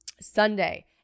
Sunday